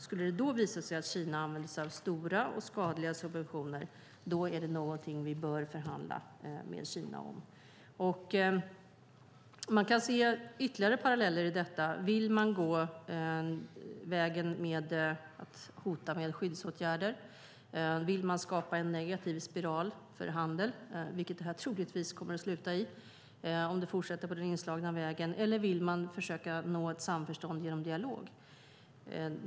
Skulle det visa sig att Kina använder sig av stora och skadliga subventioner är det någonting som vi då bör förhandla med Kina om. Man kan se ytterligare paralleller i detta. Vill man gå vägen med att hota med skyddsåtgärder, vill man skapa en negativ spiral för handel, vilket det troligtvis kommer att sluta i om det fortsätter på den inslagna vägen, eller vill man försöka nå samförstånd genom dialog?